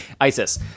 ISIS